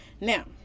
Now